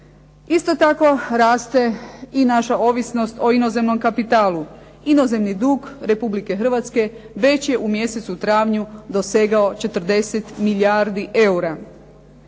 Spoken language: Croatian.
Isto tako raste i naša ovisnost o inozemnom kapitalu. Inozemni dug Republike Hrvatske već je u mjesecu travnju dosegao 40 milijardi eura.